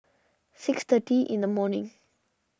six thirty in the morning